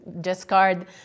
discard